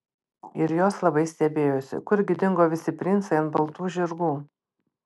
ir jos labai stebėjosi kurgi dingo visi princai ant baltų žirgų